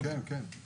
אנחנו